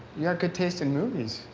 you got good taste in movies,